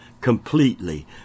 completely